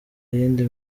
iyindi